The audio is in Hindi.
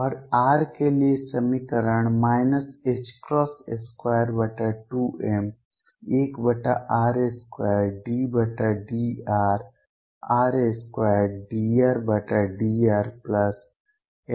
और r के लिए समीकरण 22m1r2ddrr2dRdrll122mr2RVrRER है